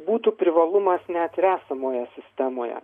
būtų privalumas net ir esamoje sistemoje